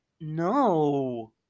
no